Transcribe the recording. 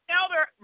elder